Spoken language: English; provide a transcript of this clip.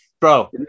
Bro